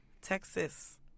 Texas